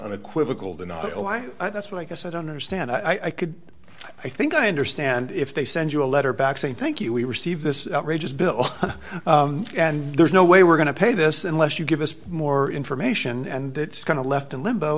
unequivocal donato i i that's what i said understand i could i think i understand if they send you a letter back saying thank you we received this outrageous bill and there's no way we're going to pay this unless you give us more information and it's kind of left in limbo